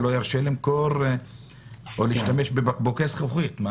לא ירשה למכור או ישתמש בבקבוקי זכוכית.